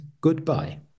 goodbye